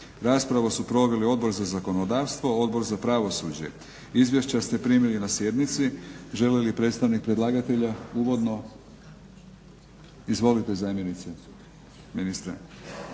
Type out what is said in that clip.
Raspravu su proveli Odbor za zakonodavstvo, Odbor za pravosuđe. Izvješća ste primili na sjednici. Želi li predstavnik predlagatelja uvodno? Izvolite zamjenice.